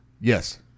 Yes